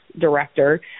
director